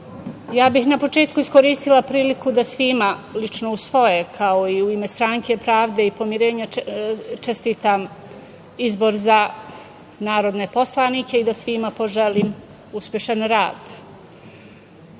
ja bih na početku iskoristila priliku da svima, lično u svoje, kao i u ime stranke Pravde i pomirenja čestitam izbor za narodne poslanike i da svima poželim uspešan rad. Na